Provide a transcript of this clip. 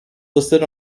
listed